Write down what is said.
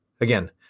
again